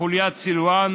חוליית סילואן